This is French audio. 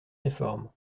réformes